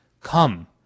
Come